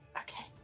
Okay